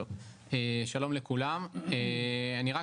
מי נמצא פה ממשרד התיירות?